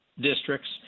districts